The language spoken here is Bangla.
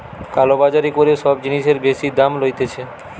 কালো বাজারি করে সব জিনিসের বেশি দাম লইতেছে